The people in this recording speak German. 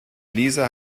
lisa